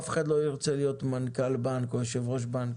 אף אחד לא ירצה להיות מנכ"ל בנק או יו"ר בנק.